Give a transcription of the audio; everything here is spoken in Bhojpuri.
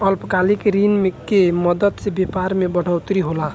अल्पकालिक ऋण के मदद से व्यापार मे बढ़ोतरी होला